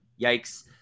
Yikes